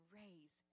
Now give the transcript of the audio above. raise